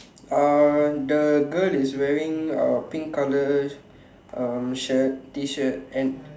uh the girl is wearing uh pink color um shirt T-shirt and